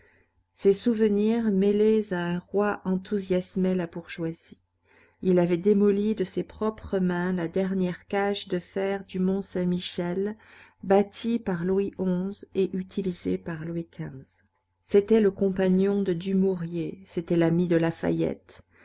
ces souvenirs mêlés à un roi enthousiasmaient la bourgeoisie il avait démoli de ses propres mains la dernière cage de fer du mont saint-michel bâtie par louis xi et utilisée par louis xv c'était le compagnon de dumouriez c'était l'ami de lafayette